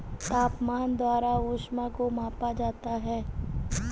तापमान द्वारा ऊष्मा को मापा जाता है